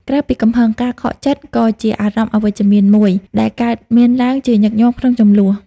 ក្រៅពីកំហឹង ការខកចិត្ត ក៏ជាអារម្មណ៍អវិជ្ជមានមួយដែលកើតមានឡើងជាញឹកញាប់ក្នុងជម្លោះ។